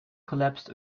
collapsed